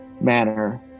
manner